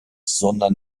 sondern